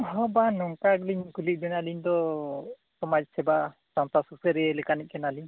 ᱦᱚᱸ ᱵᱟᱝ ᱱᱚᱝᱠᱟ ᱞᱤᱧ ᱠᱩᱞᱤᱭᱮᱜ ᱵᱤᱱᱟ ᱟᱹᱞᱤᱧ ᱫᱚ ᱥᱚᱢᱟᱡᱽ ᱥᱮᱵᱟ ᱥᱟᱶᱛᱟ ᱥᱩᱥᱟᱹᱨᱤᱭᱟᱹ ᱞᱮᱠᱟᱱᱤᱡ ᱠᱟᱱᱟᱞᱤᱧ